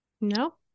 No